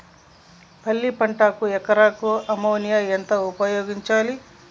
పల్లి పంటకు ఎకరాకు అమోనియా ఎంత ఉపయోగించాలి?